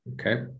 Okay